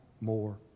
more